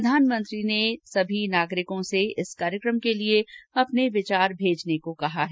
प्रधानमंत्री ने देश के नागरिकों से इस कार्यक्रम के लिये अपने विचार भेजने को कहा है